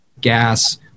gas